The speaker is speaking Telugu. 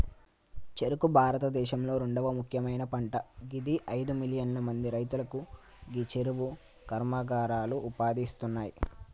చెఱుకు భారతదేశంలొ రెండవ ముఖ్యమైన పంట గిది అయిదు మిలియన్ల మంది రైతులకు గీ చెఱుకు కర్మాగారాలు ఉపాధి ఇస్తున్నాయి